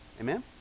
amen